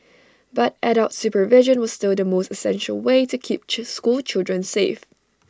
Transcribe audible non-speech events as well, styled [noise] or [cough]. but adult supervision was still the most essential way to keep [unintelligible] school children safe